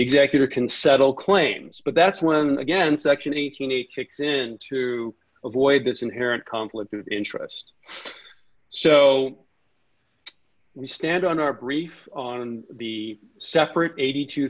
executor can settle claims but that's when again section eight hundred and eight kicks in to avoid this inherent conflict of interest so we stand on our brief on the separate eighty two